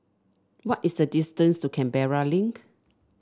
what is the distance to Canberra Link